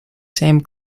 same